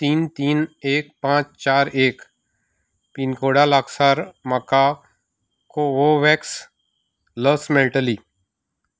तीन तीन एक पांच चार एक पीनकोडा लागसार म्हाका कोवोव्हॅक्स लस मेळटली